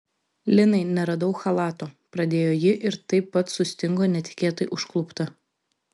linai neradau chalato pradėjo ji ir taip pat sustingo netikėtai užklupta